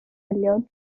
miliwn